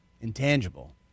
Intangible